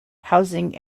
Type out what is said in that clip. housing